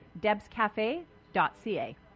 DebsCafe.ca